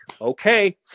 okay